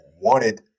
wanted